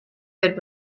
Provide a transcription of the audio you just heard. good